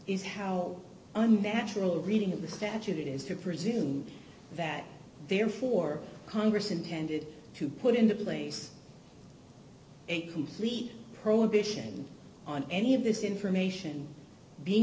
is how unnatural reading of the statute it is to presume that therefore congress intended to put into place a complete prohibition on any of this information being